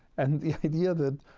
and the idea that,